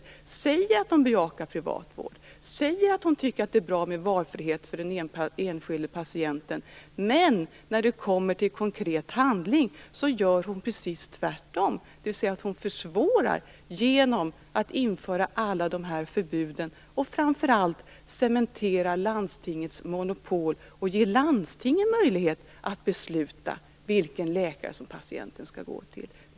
Hon säger att hon bejakar privat vård och hon säger att hon tycker att det är bra med valfrihet för den enskilde patienten, men när det kommer till konkret handling gör hon precis tvärtom. Hon försvårar genom att införa alla de här förbuden och framför allt genom att cementera landstingens monopol och ge dem möjlighet att besluta vilken läkare patienten skall gå till.